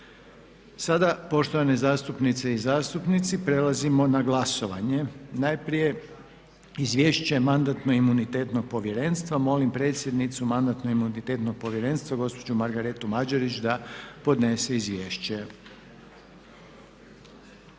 Sada poštovane zastupnice i zastupnici prelazimo na glasovanje. Najprije Izvješće Mandatno-imunitetnog povjerenstva. Molim predsjednicu Mandatno-imunitetnog povjerenstva gospođu Margaretu Mađerić da podnese izvješće.